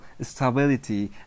stability